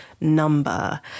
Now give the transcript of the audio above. number